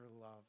love